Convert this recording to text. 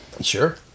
Sure